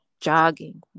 jogging